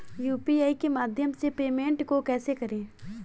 UPI के माध्यम से पेमेंट को कैसे करें?